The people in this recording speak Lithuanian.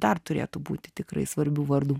dar turėtų būti tikrai svarbių vardų